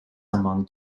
among